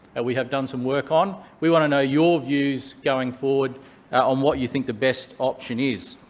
that we have done some work on we want to know your views going forward on what you think the best option is.